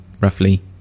roughly